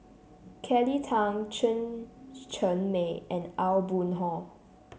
Kelly Tang Chen Cheng Mei and Aw Boon Haw